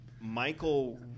Michael